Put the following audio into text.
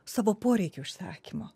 savo poreikių išsakymo